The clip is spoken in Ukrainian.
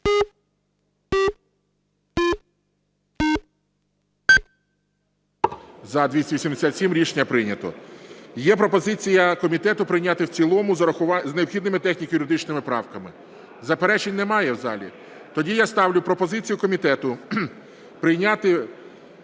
За-287 Рішення прийнято. Є пропозиція комітету прийняти в цілому з необхідними техніко-юридичними правками. Заперечень немає в залі? Тоді я ставлю пропозицію комітету прийняти